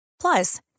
Plus